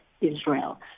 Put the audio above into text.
Israel